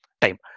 time